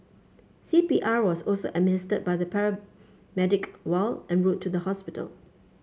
C P R was also administered by the paramedic while en route to the hospital